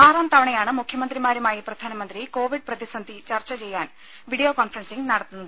ആറാം തവണയാണ് മുഖ്യമന്ത്രിമാരുമായി പ്രധാനമന്ത്രി കോവിഡ് പ്രതിസന്ധി ചർച്ച ചെയ്യാൻ വീഡിയോ കോൺഫറൻസിംഗ് നടത്തുന്നത്